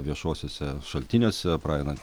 viešuosiuose šaltiniuose pradedant